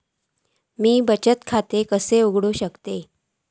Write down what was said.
म्या बचत खाता कसा उघडू शकतय?